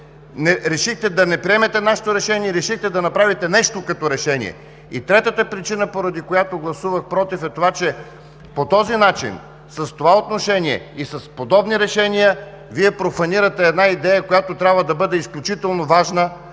решихте да не приемете нашето решение и решихте да направите нещо като решение. И третата причина, поради която гласувах „против“, е това, че по този начин, с това отношение и с подобни решения Вие профанирате една идея, която трябва да бъде изключително важна,